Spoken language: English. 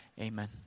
amen